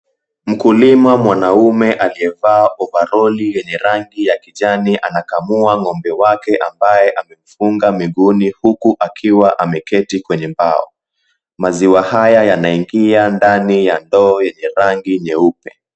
Mkulima mwanamume aliyevaa ovaroli yenye rangi ya kijani anakamua ng'ombe wake ambaye amemfunga miguuni huku akiwa ameketi kwenye mbao. Maziwa haya yanaingia ndani ya ndoo yenye rangi nyeupe.